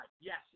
Yes